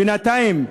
בינתיים,